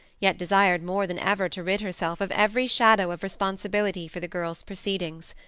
yet desired more than ever to rid herself of every shadow of responsibility for the girl's proceedings.